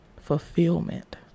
fulfillment